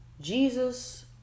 jesus